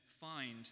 find